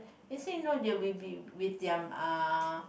they say no they will be with their uh